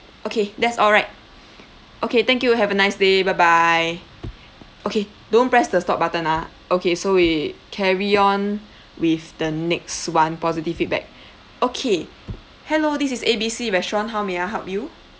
okay that's all right okay thank you have a nice day bye bye okay don't press the stop button ah okay so we carry on with the next one positive feedback okay hello this is A B C restaurant how may I help you